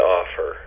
offer